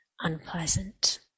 unpleasant